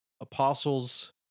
apostles